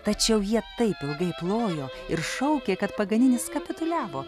tačiau jie taip ilgai plojo ir šaukė kad paganinis kapituliavo